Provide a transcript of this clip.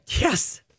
Yes